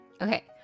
Okay